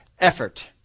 effort